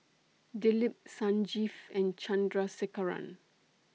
Dilip Sanjeev and Chandrasekaran